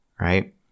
right